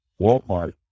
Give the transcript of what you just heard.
Walmart